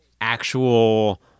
actual